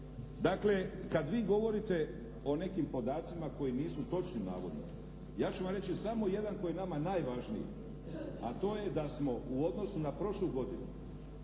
Dakle kada vi govorite o nekim podacima koji nisu točni navodno, ja ću vam reći samo jedan koji je nama najvažniji, a to je da smo u odnosu na prošlu godinu